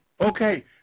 Okay